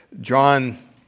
John